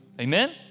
Amen